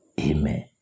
Amen